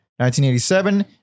1987